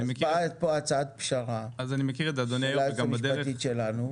היתה פה הצעת פשרה של היועצת המשפטית שלנו.